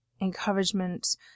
encouragement